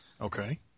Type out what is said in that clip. Okay